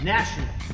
National